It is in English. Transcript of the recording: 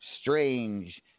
strange